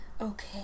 okay